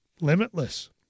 limitless